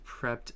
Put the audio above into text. prepped